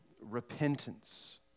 Repentance